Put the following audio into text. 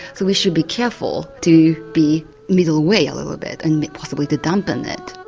so we should be careful to be middle way a little bit and possibly to dampen it.